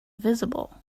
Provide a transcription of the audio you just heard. visible